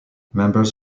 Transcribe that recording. members